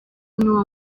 niwo